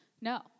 no